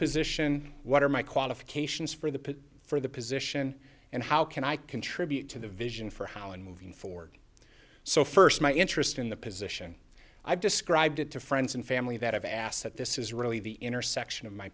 position what are my qualifications for the pick for the position and how can i contribute to the vision for how in moving forward so first my interest in the position i've described it to friends and family that i've asked that this is really the intersection of my